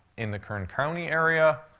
in the kern county area.